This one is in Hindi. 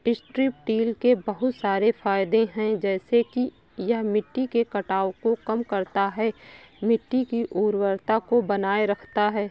स्ट्रिप टील के बहुत सारे फायदे हैं जैसे कि यह मिट्टी के कटाव को कम करता है, मिट्टी की उर्वरता को बनाए रखता है